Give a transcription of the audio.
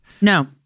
No